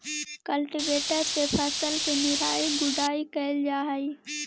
cultivator से फसल के निराई गुडाई कैल जा हई